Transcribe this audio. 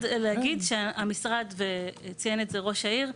להגיד שהמשרד, וציין את זה ראש העיר,